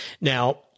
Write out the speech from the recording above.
Now